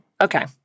Okay